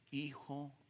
hijo